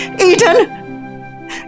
Eden